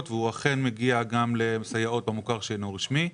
והוא אכן מגיע גם לסייעות במוכר שאינו רשמי.